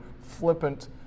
flippant